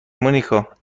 مونیکا